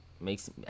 makes